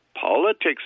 politics